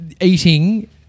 Eating